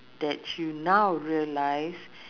that you now realise